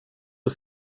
och